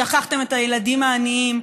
שכחתם את הילדים העניים.